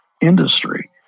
industry